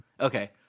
okay